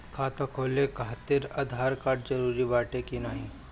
खाता खोले काहतिर आधार कार्ड जरूरी बाटे कि नाहीं?